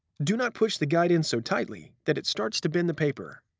do not push the guide in so tightly that it starts to bend the paper.